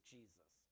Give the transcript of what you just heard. Jesus